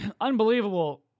Unbelievable